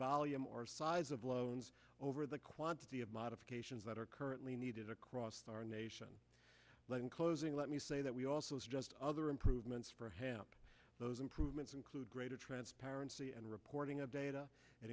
volume or size of loans over the quantity of modifications that are currently needed across our nation like in closing let me say that we also other improvements perhaps those improvements include greater transparency and reporting of data